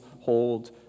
hold